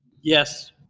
yes.